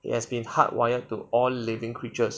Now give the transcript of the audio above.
it has been hardwired to all living creatures